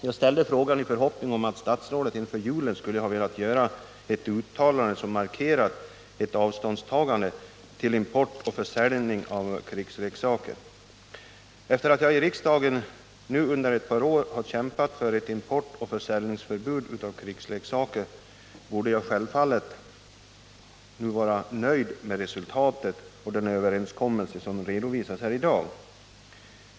Jag ställde frågan i förhoppning om att statsrådet inför julen skulle ha velat göra ett uttalande som hade markerat ett avståndstagande från import och försäljning av krigsleksaker. Efter att i riksdagen nu under ett par år ha kämpat för ett förbud mot import och försäljning av krigsleksaker borde jag självfallet vara nöjd med resultatet och den överenskommelse som redovisas här i dag.